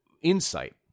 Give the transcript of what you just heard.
insight